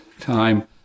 time